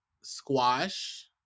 squash